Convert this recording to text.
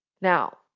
Now